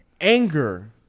anger